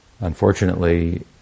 Unfortunately